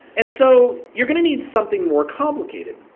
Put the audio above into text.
and so you're going to need something more complicated.